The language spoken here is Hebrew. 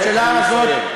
והוא יסיים.